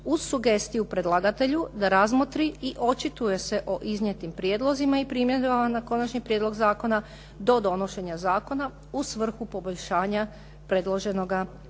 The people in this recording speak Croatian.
uz sugestiju predlagatelju da razmotri i očituje se o iznijetim prijedlozima i primjedbama na Konačni prijedlog zakona do donošenja zakona u svrhu poboljšanja predloženoga zakona.